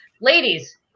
ladies